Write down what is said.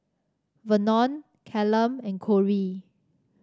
Vernon Callum and Corrie